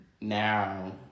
now